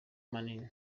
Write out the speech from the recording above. manini